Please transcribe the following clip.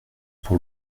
pour